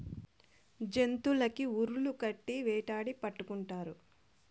జంతులకి ఉర్లు కట్టి వేటాడి పట్టుకుంటారు